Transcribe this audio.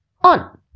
on